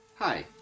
Hi